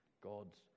God's